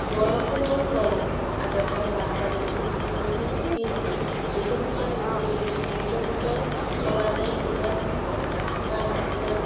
বৰষুণৰ ফলত আগতে বানপানীৰ সৃষ্টি হৈছিল কিন্তু বিকশিত পৃথিৱীৰ বিকশিত সমাজে ইমানখিনি কাম আপোনাক